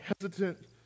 hesitant